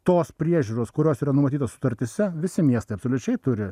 tos priežiūros kurios yra numatytos sutartyse visi miestai absoliučiai turi